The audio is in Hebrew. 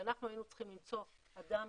שאנחנו היינו צריכים למצוא אדם